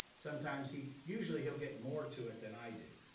sometimes he usually he'll get more to it than i do,